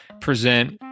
present